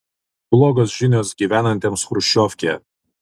blogos žinios gyvenantiems chruščiovkėje